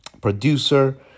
Producer